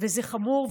וזה חמור.